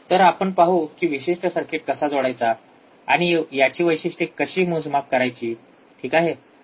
तर आपण पाहू कि विशिष्ट सर्किट कसा जोडायचा आणि याची वैशिष्ट्ये कशी मोजमाप करायची ठीक आहे